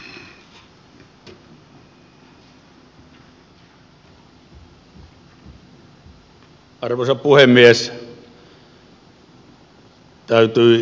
arvoisa puhemies